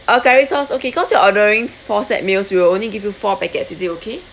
oh curry sauce okay cause you're ordering four set meals we will only give you four packets is it okay